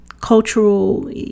cultural